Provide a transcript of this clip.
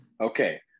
Okay